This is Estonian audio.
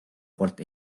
poolt